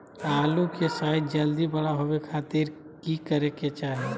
आलू के साइज जल्दी बड़ा होबे खातिर की करे के चाही?